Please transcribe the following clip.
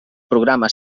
programa